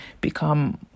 become